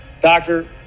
doctor